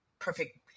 perfect